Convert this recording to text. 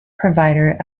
provider